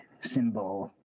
symbol